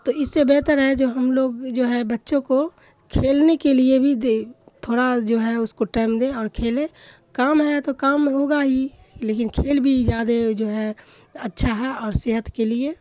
تو اس سے بہتر ہے جو ہم لوگ جو ہے بچوں کو کھیلنے کے لیے بھی دے تھوڑا جو ہے اس کو ٹائم دیں اور کھیلیں کام ہے تو کام ہوگا ہی لیکن کھیل بھی زیادہ جو ہے اچھا ہے اور صحت کے لیے